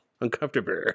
Uncomfortable